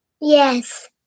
Yes